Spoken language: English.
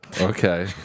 Okay